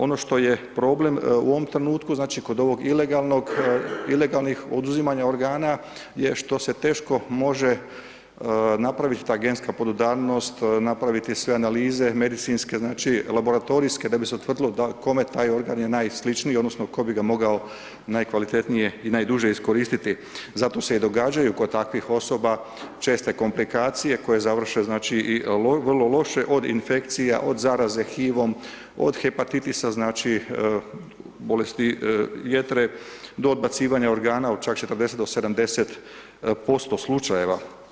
Ono što je problem u ovom trenutku, znači, kod ovog ilegalnog, ilegalnih oduzimanja organa je što se teško može napravit ta genska podudarnost, napraviti sve analize, medicinske, znači, laboratorijske da bi se utvrdilo kome taj organ je najsličniji odnosno tko bi ga mogao najkvalitetnije i najduže iskoristiti, zato se i događaju kod takvih osoba česte komplikacije koje završe, znači, i vrlo loše, od infekcija, od zaraze HIV-om, od hepatitisa, znači, bolesti jetre, do odbacivanja organa u čak 40 do 70% slučajeva.